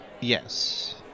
Yes